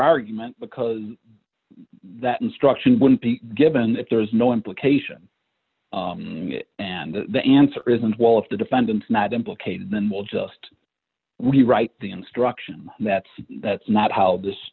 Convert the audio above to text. argument because that instruction wouldn't be given if there is no implication and the answer isn't wallace the defendant not implicated then we'll just we write the instruction that's that's not how this